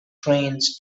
trains